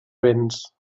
béns